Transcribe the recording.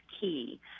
key